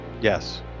Yes